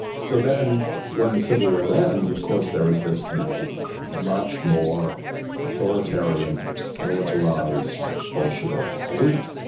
so then when the civil war ends of course there is this now much more authoritarian militarised bolshevik elite.